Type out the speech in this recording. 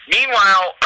Meanwhile